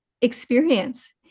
experience